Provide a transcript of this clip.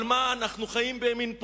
אבל מה, אנחנו חיים בפופוליזם.